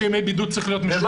שימי בידוד צריכים להיות משולמים.